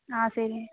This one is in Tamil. ஆ சரி